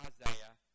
Isaiah